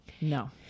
no